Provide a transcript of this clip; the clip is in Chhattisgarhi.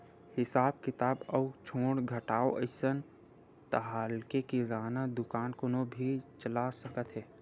हिसाब किताब अउ जोड़ घटाव अइस ताहाँले किराना दुकान कोनो भी चला सकत हे